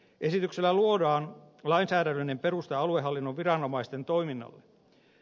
esityksellä luodaan lainsäädännöllinen perusta aluehallinnon viranomaisten toiminnalle